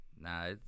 Nah